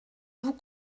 vous